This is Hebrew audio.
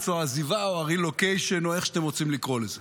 או העזיבה או הרילוקיישן או איך שאתם רוצים לקרוא לזה.